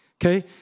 Okay